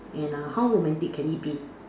and uh how romantic can it be